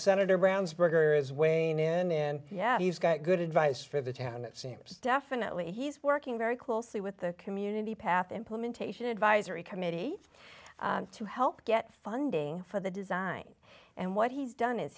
senator brown's burger is weighing in yeah he's got good advice for the town it seems definitely he's working very closely with the community path implementation advisory committee to help get funding for the design and what he's done is